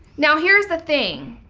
now, here's the thing,